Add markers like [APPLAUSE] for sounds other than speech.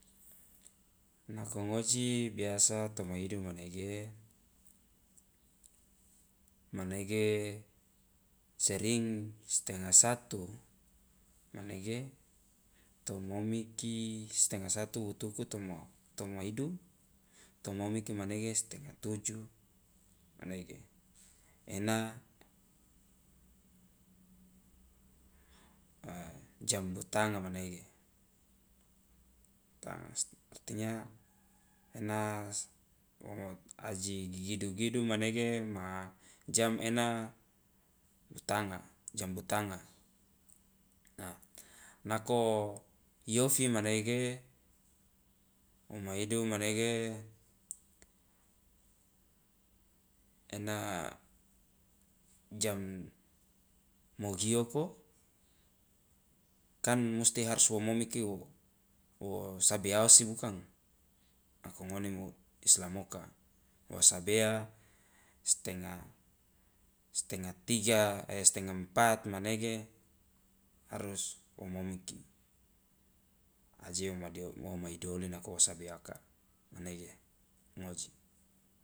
Nako ngoji biasa to maidu manege manege sering stengah satu manege to momiki stengah satu wutu ku toma to maidu to momiki manege stengah tujuh manege, ena [HESITATION] jam butanga manege [UNINTELLIGIBLE] artinya ena wo aji gidu gidu manege ma jam ena butanga jam butanga, a nako i ofi manege wo maidu manege ena jam mogioko kan musti harus wo momiki wo wo sabea osi bukang? Nako ngone mu- islam oka wo sabea stengah tiga [HESITATION] stengah empat manege harus wo momiki, aje wo madio wo maidu oli nako wo sabeaka, manege ngoji.